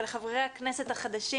אבל לחברי הכנסת החדשים,